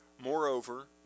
Moreover